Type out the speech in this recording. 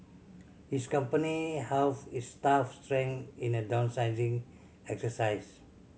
his company halved its staff strength in a downsizing exercise